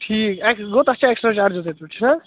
ٹھیٖک ایٚکس گوٚو تَتھ چھِ ایٚکسٹرا چارجِز ییٚتہِ پیٚٹھ چھِنہٕ حظ